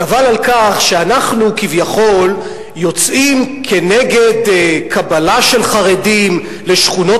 קבל על כך שאנחנו כביכול יוצאים כנגד קבלה של חרדים לשכונות